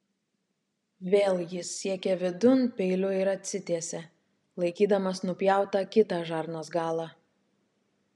vėl jis siekė vidun peiliu ir atsitiesė laikydamas nupjautą kitą žarnos galą